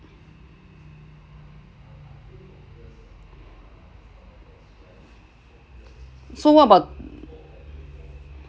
so what about